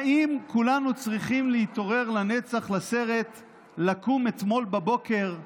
האם כולנו צריכים להתעורר לנצח לסרט "לקום אתמול בבוקר"